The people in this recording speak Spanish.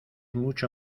mucho